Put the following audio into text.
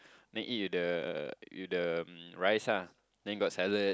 then eat with the with the um rice ah then got salad